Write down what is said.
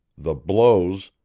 the blows,